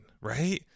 right